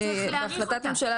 היה צריך להאריך אותה,